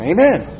Amen